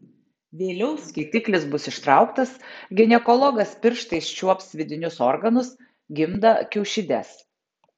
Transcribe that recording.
vėliau skėtiklis bus ištrauktas ginekologas pirštais čiuops vidinius organus gimdą kiaušides